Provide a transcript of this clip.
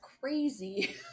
crazy